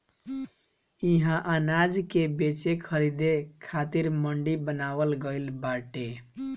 इहा अनाज के बेचे खरीदे खातिर मंडी बनावल गइल बाटे